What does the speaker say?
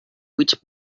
which